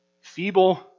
feeble